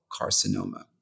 carcinoma